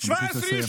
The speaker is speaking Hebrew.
אבקש לסיים.